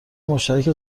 مشترک